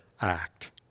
act